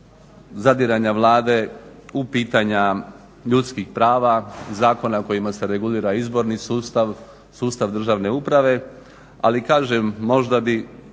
zadiranja Vlade u pitanja ljudskih prava, zakona kojima se regulira izborni sustav, sustav državne uprave. Ali kažem možda bi